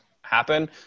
happen